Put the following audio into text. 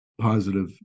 positive